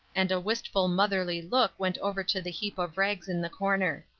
and a wistful motherly look went over to the heap of rags in the corner.